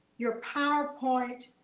your powerpoint